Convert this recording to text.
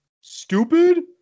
Stupid